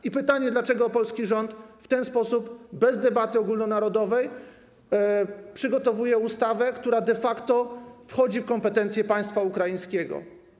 I pytanie: Dlaczego polski rząd w ten sposób bez debaty ogólnonarodowej przygotowuje ustawę, która de facto wchodzi w kompetencje państwa ukraińskiego?